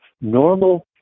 normal